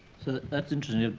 so that's interesting.